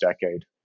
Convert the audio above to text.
decade